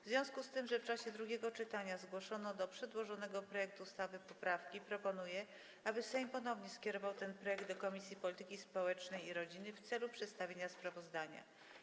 W związku z tym, że w czasie drugiego czytania zgłoszono do przedłożonego projektu ustawy poprawki, proponuję, aby Sejm ponownie skierował ten projekt do Komisji Polityki Społecznej i Rodziny w celu przedstawienia sprawozdania.